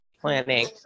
planning